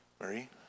Marie